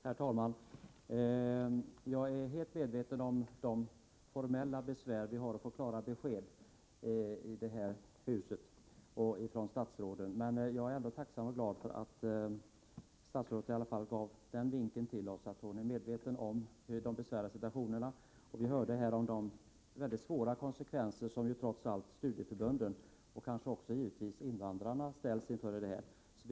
Herr talman! Jag är fullt medveten om de formella besvär vi har att få klara besked här i huset från statsråden. Jag är tacksam och glad för att statsrådet ändå gav oss den vinken att hon är medveten om den besvärliga situationen. Vi hörde ju vilka svåra konsekvenser som studieförbunden och givetvis även invandrarna trots allt ställs inför.